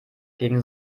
gegen